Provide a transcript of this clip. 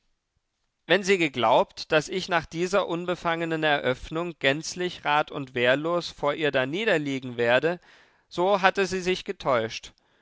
wenn sie geglaubt daß ich nach dieser unbefangenen eröffnung gänzlich rat und wehrlos vor ihr darniederliegen werde so hatte sie sich getäuscht